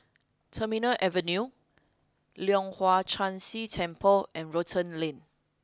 Terminal Avenue Leong Hwa Chan Si Temple and Rotan Lane